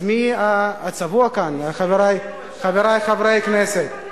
אז מי הצבוע כאן, חברי חברי הכנסת,